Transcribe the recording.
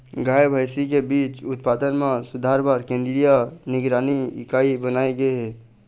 गाय, भइसी के बीज उत्पादन म सुधार बर केंद्रीय निगरानी इकाई बनाए गे हे